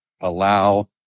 allow